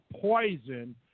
poison